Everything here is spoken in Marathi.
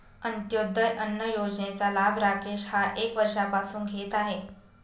अंत्योदय अन्न योजनेचा लाभ राकेश हा एक वर्षापासून घेत आहे